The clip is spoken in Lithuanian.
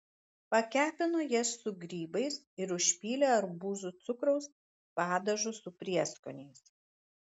pakepino jas su grybais ir užpylė arbūzų cukraus padažu su prieskoniais